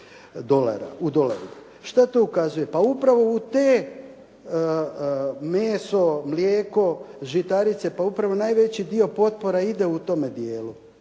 u dolarima. Što to ukazuje? Pa upravo u te meso, mlijeko, žitarice pa upravo najveći dio potpora ide u tome dijelu.